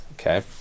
okay